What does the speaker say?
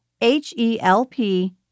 H-E-L-P